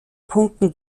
punkten